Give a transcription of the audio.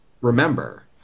remember